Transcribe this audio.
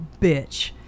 bitch